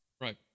right